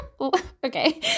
okay